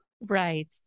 Right